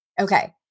Okay